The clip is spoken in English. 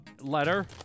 letter